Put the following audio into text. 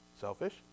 Selfish